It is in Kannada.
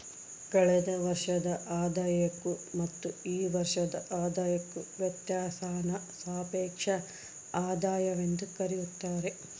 ಕಳೆದ ವರ್ಷದ ಆದಾಯಕ್ಕೂ ಮತ್ತು ಈ ವರ್ಷದ ಆದಾಯಕ್ಕೂ ವ್ಯತ್ಯಾಸಾನ ಸಾಪೇಕ್ಷ ಆದಾಯವೆಂದು ಕರೆಯುತ್ತಾರೆ